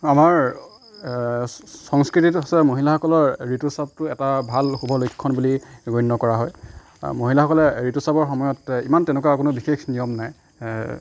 আমাৰ সংস্কৃতিত আছে মহিলাসকলৰ ঋতুস্ৰাৱটো এটা ভাল শুভলক্ষণ বুলি গণ্য কৰা হয় মহিলাসকলে ঋতুস্ৰাৱৰ সময়ত ইমান তেনেকুৱা কোনো বিশেষ নিয়ম নাই